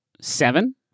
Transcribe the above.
seven